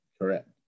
correct